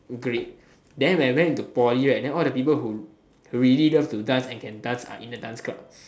great then when I went to poly right then all the people who really love to dance and can dance are in the dance club